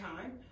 time